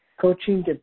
coaching